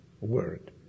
word